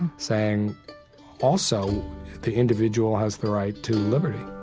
and saying also the individual has the right to liberty